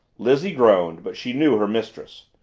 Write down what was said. lizzie groaned, but she knew her mistress.